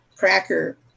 cracker